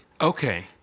Okay